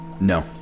No